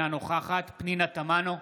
נוכחת פנינה תמנו,